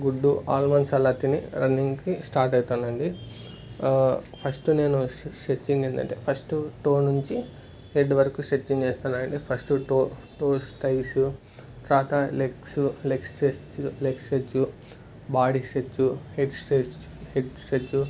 గుడ్డు ఆల్మండ్స్ అలా తిని రన్నింగ్కి స్టార్ట్ అవుతానండి ఫస్ట్ నేను స్ట్రెచ్చింగ్ ఏంటంటే ఫస్ట్ టో నుండి హెడ్ వరకు స్ట్రెచ్చింగ్ చేస్తానండి ఫస్ట్ టో టోస్ థైసు తరువాత legs leg stretch leg stretch body stretch head stretch head stretch